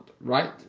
right